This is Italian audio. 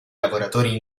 lavoratori